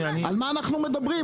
על מה אנחנו מדברים?